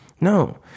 No